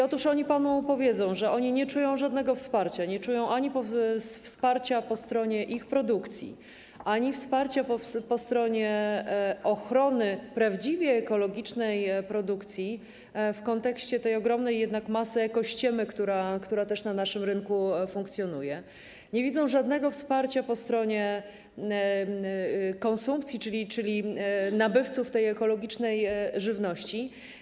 Otóż oni panu powiedzą, że oni nie czują żadnego wsparcia, nie czują ani wsparcia po stronie ich produkcji, ani wsparcia po stronie ochrony prawdziwie ekologicznej produkcji w kontekście tej jednak ogromnej masy ekościemy, która też na naszym rynku funkcjonuje, nie widzą żadnego wsparcia po stronie konsumpcji, czyli nabywców tej ekologicznej żywności.